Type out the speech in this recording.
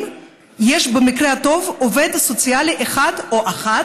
יש במקרה הטוב עובד סוציאלי אחד או אחת,